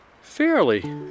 fairly